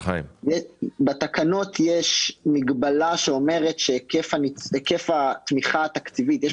בתקנות יש מגבלה שאומרת שהיקף התמיכה התקציבית יש